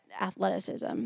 athleticism